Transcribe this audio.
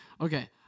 Okay